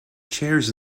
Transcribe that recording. chairs